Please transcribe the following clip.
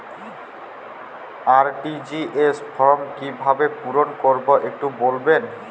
RTGS form কিভাবে পূরণ করবো একটু বলবেন?